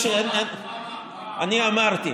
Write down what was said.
אמרתי.